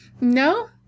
No